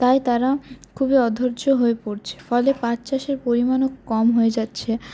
তাই তারা খুবই অধৈর্য্য হয়ে পরছে ফলে পাটচাষের পরিমাণও কম হয়ে যাচ্ছে